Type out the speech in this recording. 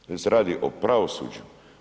Ovdje se radi o pravosuđu.